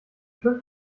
fünf